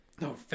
No